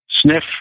Sniff